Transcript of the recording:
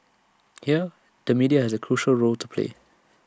here the media has A crucial role to play